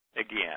again